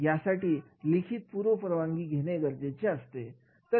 यासाठी लिखित पूर्व परवानगी गरजेची असते